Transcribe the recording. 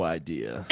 idea